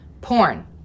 porn